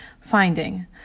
Finding